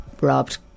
robbed